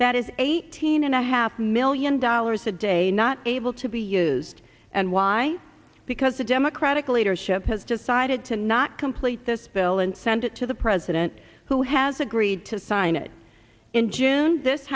that is eighteen and a half million dollars a day not able to be used and why because the democratic leadership has just sided to not complete this bill and send it to the president who has agreed to sign it in june this